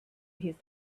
his